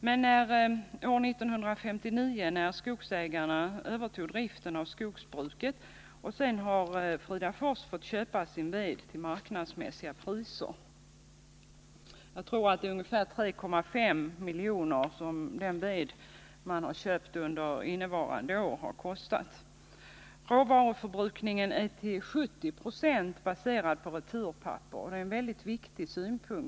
Men 1959 tog Skogsägarna över driften av skogsbruket, och därefter har Fridafors fått köpa sin ved till marknadsmässiga priser. Jag tror att man har köpt ved för ungefär 3,5 milj.kr. under innevarande år. Råvaruförbrukningen är till 70 26 baserad på returpapper, vilket är viktigt att framhålla.